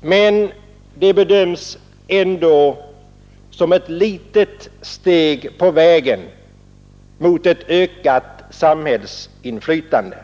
men det bedöms ändå som ett litet steg på vägen mot ett ökat samhällsinflytande.